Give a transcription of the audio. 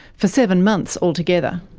for seven months altogether.